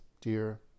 dear